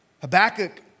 Habakkuk